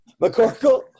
McCorkle